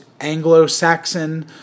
Anglo-Saxon